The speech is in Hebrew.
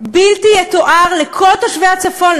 בלתי יתואר לכל תושבי הצפון,